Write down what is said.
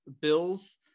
bills